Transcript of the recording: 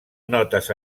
notes